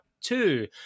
two